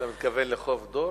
אתה מתכוון לחוף דור?